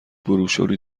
بروشوری